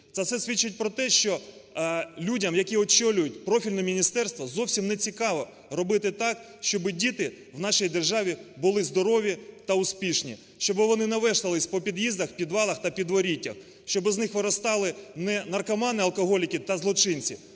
Та це свідчить про те, що людям, які очолюють профільне міністерство, зовсім нецікаво робити так, щоб діти в нашій державі були здорові та успішні, щоб вони не вештались по під'їздах, підвалах та підворіття, щоб з них виростали не наркомани, алкоголіки та злочинці,